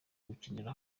gukinira